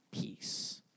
peace